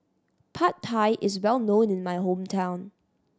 Pad Thai is well known in my hometown